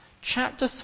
chapter